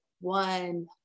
one